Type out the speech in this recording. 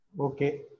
Okay